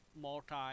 multi